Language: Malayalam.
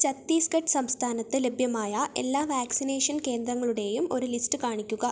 ഛത്തീസ്ഗഡ് സംസ്ഥാനത്ത് ലഭ്യമായ എല്ലാ വാക്സിനേഷൻ കേന്ദ്രങ്ങളുടെയും ഒരു ലിസ്റ്റ് കാണിക്കുക